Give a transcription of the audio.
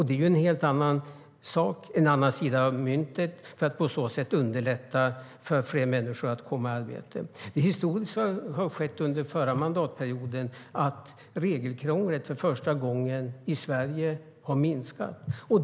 Det är en helt annan sida av myntet när det gäller att underlätta för fler människor att komma i arbete. Det historiska skedde under den förra mandatperioden att regelkrånglet för första gången minskade i Sverige.